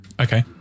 okay